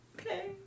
Okay